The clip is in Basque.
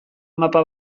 mapa